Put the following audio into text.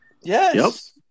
Yes